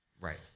Right